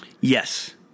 Yes